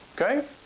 Okay